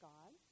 God